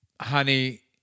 Honey